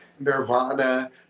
Nirvana